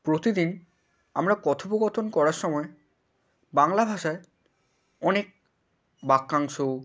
প্রতিদিন আমরা কথোপকথন করার সময় বাংলা ভাষায় অনেক বাক্যাংশ